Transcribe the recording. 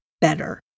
better